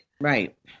Right